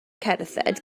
cerdded